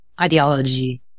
ideology